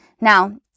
Now